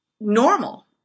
normal